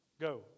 Go